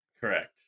Correct